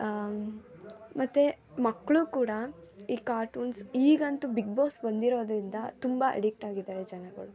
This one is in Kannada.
ಮತ್ತೆ ಮಕ್ಕಳು ಕೂಡ ಈ ಕಾರ್ಟೂನ್ಸ್ ಈಗಂತೂ ಬಿಗ್ ಬಾಸ್ ಬಂದಿರೋದರಿಂದ ತುಂಬ ಅಡಿಕ್ಟಾಗಿದ್ದಾರೆ ಜನಗಳು